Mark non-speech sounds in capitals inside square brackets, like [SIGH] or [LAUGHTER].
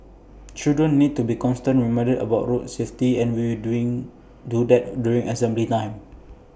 [NOISE] children need to be constantly reminded about road safety and we will doing do that during assembly time